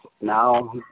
now